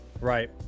right